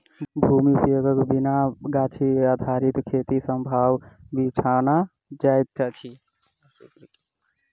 भूमि उपयोगक बिना गाछ आधारित खेती असंभव बुझना जाइत अछि